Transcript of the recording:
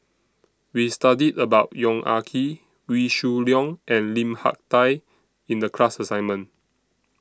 We studied about Yong Ah Kee Wee Shoo Leong and Lim Hak Tai in The class assignment